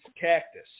Cactus